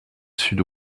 sud